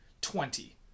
Twenty